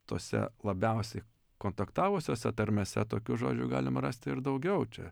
tose labiausiai kontaktavusiose tarmėse tokių žodžių galima rasti ir daugiau čia